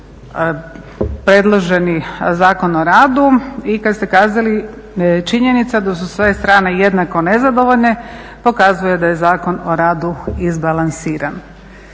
predloženi Zakon o radu i kada ste kazali "činjenica da su sve strane jednako nezadovoljne pokazuje da je Zakon o radu izbalansiran".